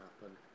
happen